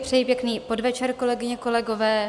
Přeji pěkný podvečer, kolegyně, kolegové.